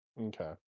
Okay